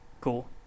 Cool